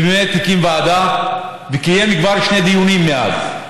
ובאמת, הוא הקים ועדה, וקיים כבר שני דיונים מאז.